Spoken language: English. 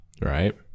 Right